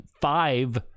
five